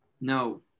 No